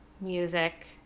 music